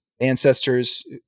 ancestors